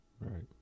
Right